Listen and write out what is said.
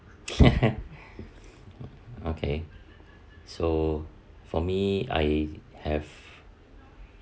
okay so for me I have